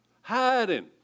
hiding